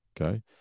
okay